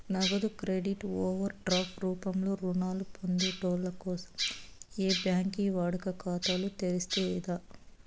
నగదు credit overdraft రూపంలో రుణాలు పొందేటోళ్ళ కోసం ఏ బ్యాంకి వాడుక ఖాతాలు తెర్సేది లా